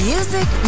Music